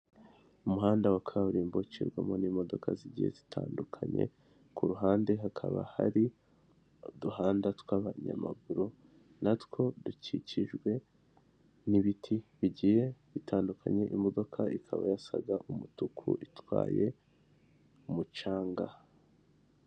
Umuhanda wa kaburimbo ucirwamo n'imodoka zigihe zitandukanye, ku ruhande hakaba hari uduhanda tw'abanyamaguru natwo dukikijwe n'ibiti bigiye bitandukanye imodoka ikaba yasaga umutuku itwaye umucanga.